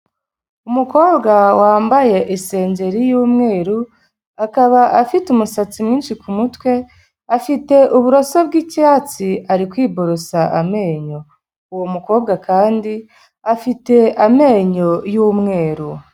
Umukobwa wambaye isengeri yumweru, akaba afite umusatsi mwinshi k'umutwe, afite uburoso bw'icyatsi ari kwiborosa amenyo, uwo mukobwa kandi afite amenyo y'umweru.